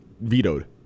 Vetoed